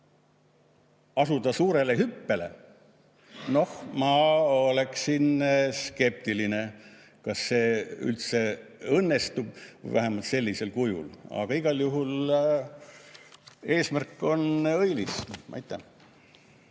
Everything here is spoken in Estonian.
asuda suurele hüppele – noh, ma oleksin skeptiline, kas see üldse õnnestub, vähemalt sellisel kujul. Aga igal juhul on eesmärk õilis. Aitäh!